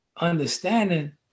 understanding